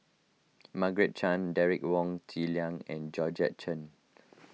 Margaret Chan Derek Wong Zi Liang and Georgette Chen